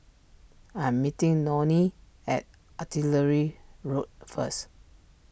I am meeting Nonie at Artillery Road first